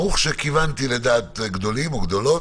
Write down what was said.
ברוך שכיוונתי לדעת גדולים או גדולות,